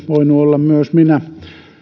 voinut olla myös minä